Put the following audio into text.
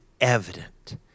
evident